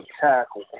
tackle